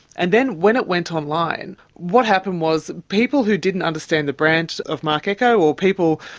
and then when it went online, what happened was people who didn't understand the brand of marc ecko or people,